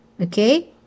Okay